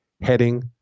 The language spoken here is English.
heading